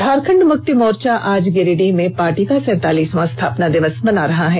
झारखंड मुक्ति मोर्चा आज गिरिडीह में पार्टी का सैतालीसवां स्थापना दिवस मना रहा है